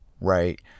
right